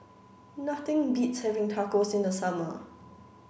nothing beats having Tacos in the summer